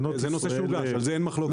זה נושא שהוגש, על זה אין מחלוקת.